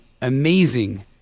amazing